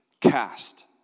cast